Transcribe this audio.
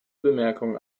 bemerkungen